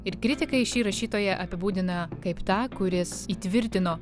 ir kritikai šį rašytoją apibūdina kaip tą kuris įtvirtino